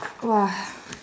!wah!